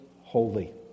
holy